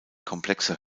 komplexe